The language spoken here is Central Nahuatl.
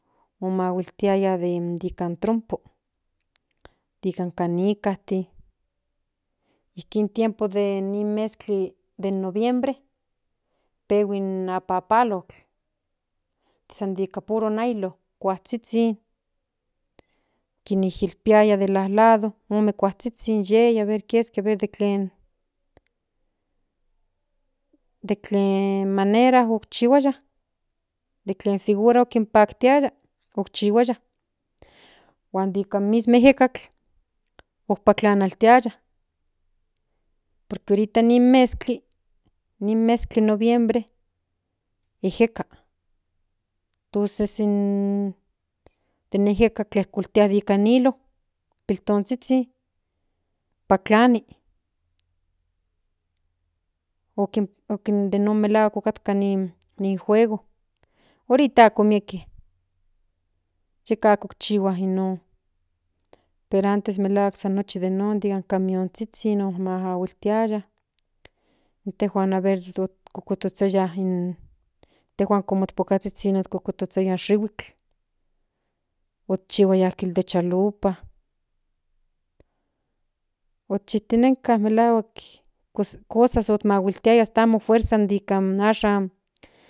Omahuiltiaya de nika in trompo nika canicatin ijkin tiempos den noviembre pehui in apapalotl san de nika puro nailo kuazhizhin kinishilpiaya de lalado ome kuazhizhin yei aver de kie keski de okseki manera okchihuaya de kin figura kinpaktiaya huan nika in mismo ejekatl oktlapanaltiaya por que ahprita nin mezkli noviembre ejekal tonces in den ejekatl tlakoltiaya nika in hiño pipiltozhizhi paklami okin de non melahuak otkatka ni juego ahorita ak miek yeka ako kinchihua non pero antes nikan camionzhizhi otmahuiltiaya intejuan aveces kotozhiaya intejuan como pokazhizhin okotozhiaya in shihuitl okchihuaya dende chalupa okchiktinenka melahuk pos kosas omahuiltiaya omo dde furzas ashan.